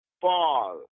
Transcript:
Fall